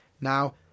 Now